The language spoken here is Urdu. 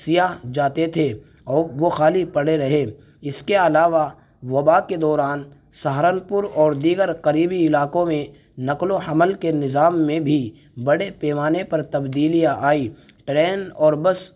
سیاح جاتے تھے اور وہ خالی پڑے رہے اس کے علاوہ وبا کے دوران سہارنپور اور دیگر قریبی علاقوں میں نقل و حمل کے نظام میں بھی بڑے پیمانے پر تبدیلیاں آئیں ٹرین اور بس